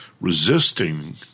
resisting